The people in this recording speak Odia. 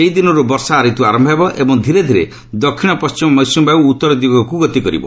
ସେହି ଦିନର୍ ବର୍ଷା ରତ୍ନ ଆରମ୍ଭ ହେବ ଏବଂ ଧୀରେ ଧୀରେ ଦକ୍ଷିଣ ପଣ୍ଢିମ ମୌସ୍ବମୀ ବାୟ ଉତ୍ତର ଦିଗକ୍ତ ଗତି କରିବ